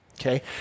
okay